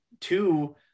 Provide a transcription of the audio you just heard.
two